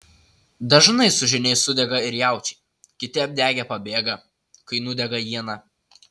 dažnai su žyniais sudega ir jaučiai kiti apdegę pabėga kai nudega iena